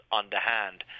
underhand